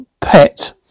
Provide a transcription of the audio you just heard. pet